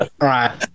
right